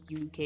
UK